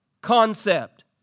concept